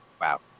Wow